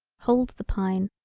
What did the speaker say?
hold the pine,